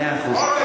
מאה אחוז.